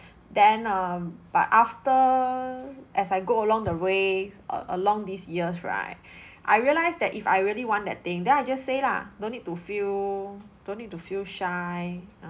then um but after as I go along the way uh along these years right I realised that if I really want that thing then I just say lah don't need to feel don't need to feel shy